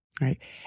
right